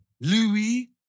Louis